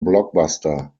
blockbuster